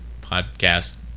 podcast